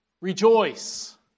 Rejoice